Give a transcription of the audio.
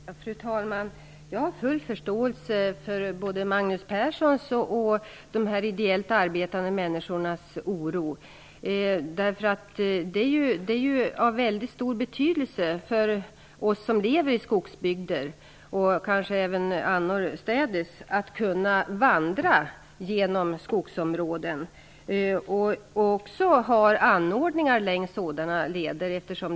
Fru talman! Jag har full förståelse för både Magnus Perssons och de ideellt arbetande människornas oro. För oss som lever i skogsbygder -- och kanske även annorstäders -- är det av stor betydelse att kunna vandra genom skogsområden. Det är också av stor betydelse att det finns anordningar längs sådana leder.